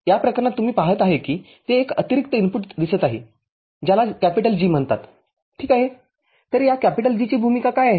या प्रकरणात तुम्ही पाहत आहेत कितिथे एक अतिरिक्त इनपुट दिसत आहे ज्याला G म्हणतात ठीक आहे तर या G ची भूमिका काय आहे